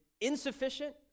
insufficient